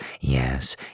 Yes